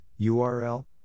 URL